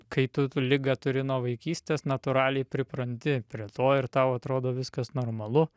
kai tu ligą turi nuo vaikystės natūraliai pripranti prie to ir tau atrodo viskas normalu